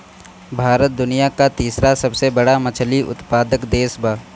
भारत दुनिया का तीसरा सबसे बड़ा मछली उत्पादक देश बा